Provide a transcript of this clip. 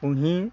কুঁহি